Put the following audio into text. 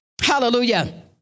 Hallelujah